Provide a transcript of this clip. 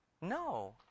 No